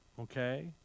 okay